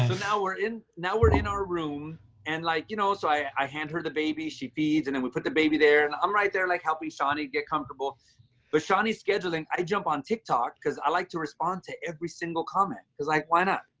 now we're in, now we're in our room and like, you know, so i i hand her the baby, she feeds and then we put the baby there and i'm right there like helping ciani get comfortable but ciani's scheduling. i jump on tiktok because i like to respond to every single comment because, like, why not,